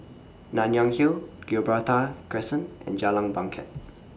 Nanyang Hill Gibraltar Crescent and Jalan Bangket